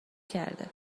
کرده